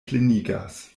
plenigas